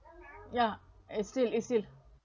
yeah is still is still